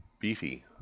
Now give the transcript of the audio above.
beefy